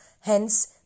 hence